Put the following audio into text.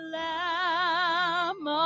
lamb